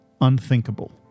unthinkable